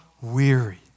weary